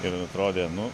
ir atrodė nu